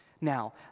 Now